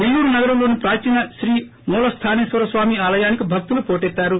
నెల్లూరు నగరంలోని ప్రాచీన శ్రీ మూలస్థాసేశ్వర స్వామి ఆలయానికి భక్తులు పోటెత్తారు